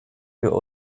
wir